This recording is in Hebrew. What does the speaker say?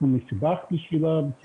לתת כמה קנסות, להביא